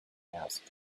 asked